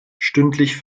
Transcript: stündlich